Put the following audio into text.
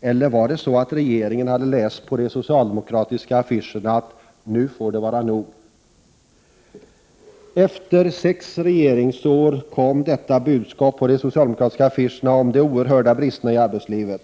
Eller hade regeringen läst på de socialdemokratiska affischerna, att ”nu får det vara nog”? Efter sex regeringsår kom detta budskap på de socialdemokratiska affischerna om de erhörda bristerna i arbetslivet.